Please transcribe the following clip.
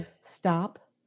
Stop